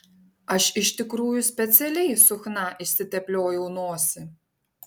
aš iš tikrųjų specialiai su chna išsitepliojau nosį